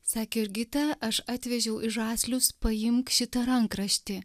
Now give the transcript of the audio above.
sakė jurgita aš atvežiau į žaslius paimk šitą rankraštį